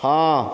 ହଁ